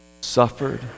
Suffered